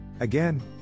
Again